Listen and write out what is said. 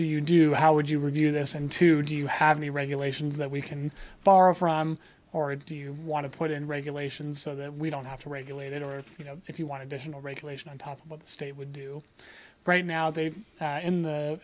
do you do how would you review this and to do you have any regulations that we can borrow from or do you want to put in regulations so that we don't have to regulate it or you know if you wanted to shingle regulation on top of the state would do right now they in the